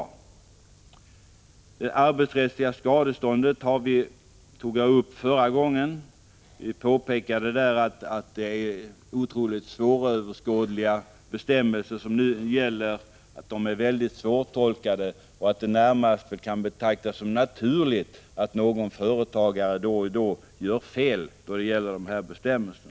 Frågan om det arbetsrättsliga skadeståndet har vi aktualiserat tidigare. Vi påpekade då att de nuvarande bestämmelserna är otroligt svåröverskådliga och mycket svårtolkade och att det närmast kan betraktas som naturligt att en företagare då och då gör fel när han skall tillämpa dessa bestämmelser.